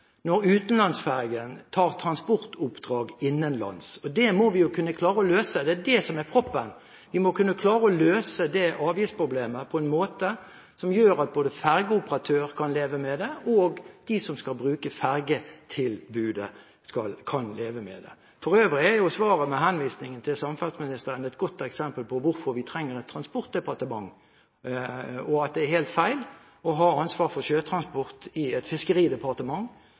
når utenlandsferjen tar transportoppdrag innenlands. Det må vi kunne klare å løse, det er det som er proppen. Vi må klare å løse det avgiftsproblemet på en måte som gjør at både ferjeoperatør og de som skal bruke ferjetilbudet, kan leve med det. For øvrig er svaret med henvisning til samferdselsministeren et godt eksempel på hvorfor vi trenger et transportdepartement, og at det er helt feil å ha ansvar for sjøtransport i et fiskeridepartement.